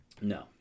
No